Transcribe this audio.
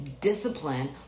discipline